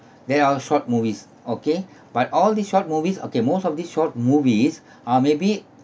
they are short movies okay but all these short movies okay most of these short movies are maybe